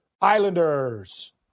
Islanders